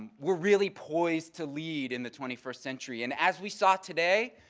we're really poised to lead in the twenty first century. and as we saw today,